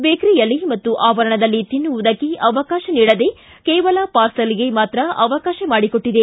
ಬೇಕರಿಯಲ್ಲಿ ಮತ್ತು ಆವರಣದಲ್ಲಿ ತಿನ್ನುವುದಕ್ಕೆ ಅವಕಾಶ ನೀಡದೇ ಕೇವಲ ಪಾರ್ಸಲ್ಗೆ ಮಾತ್ರ ಅವಕಾಶ ಮಾಡಿಕೊಟ್ಟಿದೆ